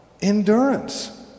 endurance